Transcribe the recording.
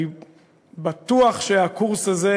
אני בטוח שהקורס הזה,